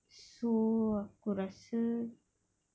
so aku rasa